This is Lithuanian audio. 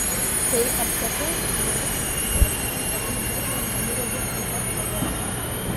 kai aptekau utėlėmis juos man avių žirklėmis nurėžė iki pat odos